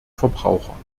verbraucher